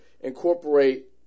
Incorporate